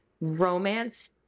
romance